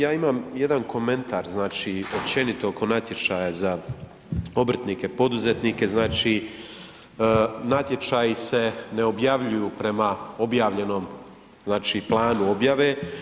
Pa ja imam jedan komentar, znači općenito oko natječaja za obrtnike, poduzetnike, znači natječaji se ne objavljuju prema objavljenom planu objave.